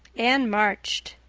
anne marched.